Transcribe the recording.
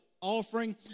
offering